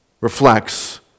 reflects